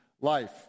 life